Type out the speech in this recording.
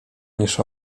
niż